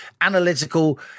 analytical